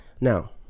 now